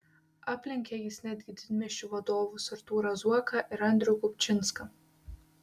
aplenkė jis netgi didmiesčių vadovus artūrą zuoką ir andrių kupčinską